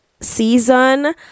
season